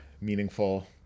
meaningful